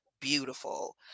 beautiful